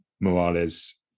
Morales